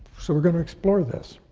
so we're going to explore this.